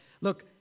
look